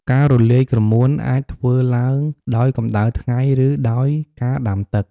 ការរលាយក្រមួនអាចធ្វើឡើងដោយកម្ដៅថ្ងៃ ឬដោយការដាំទឹក។